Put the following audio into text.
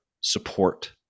support